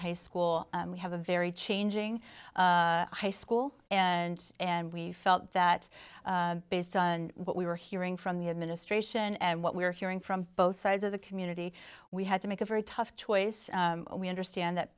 high school we have a very changing high school and and we felt that based on what we were hearing from the administration and what we're hearing from both sides of the community we had to make a very tough choice we understand that